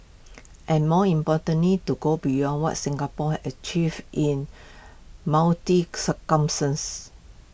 and more importantly to go beyond what Singapore has achieved in